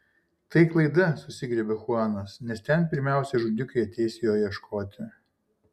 tai klaida susigriebė chuanas nes ten pirmiausia žudikai ateis jo ieškoti